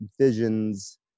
visions